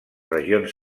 regions